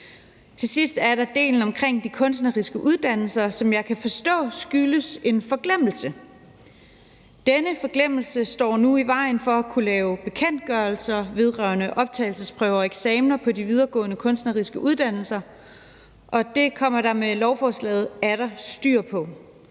Til sidst er der delen omkring de kunstneriske uddannelser, som jeg kan forstå skyldes en forglemmelse. Denne forglemmelse står nu i vejen for at kunne lave bekendtgørelser vedrørende optagelsesprøver og eksamener på de videregående kunstneriske uddannelser, og det kommer der med lovforslaget atter styr på.